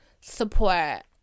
support